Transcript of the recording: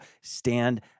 stand